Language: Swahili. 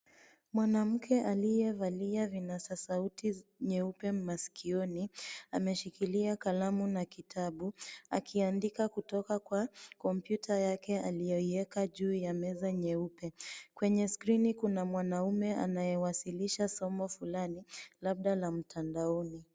Mwanamke aliyevalia vinasa sauti nyeupe masikioni, ameshikilia kalamu na kitabu akiandika kutoka kwa kompyuta yake aliyoiweka juu ya meza nyeupe. Kwenye skrini kuna mwanaume anayewasilisha somo fulani labda la mtandaoni.